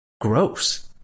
gross